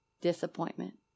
Disappointment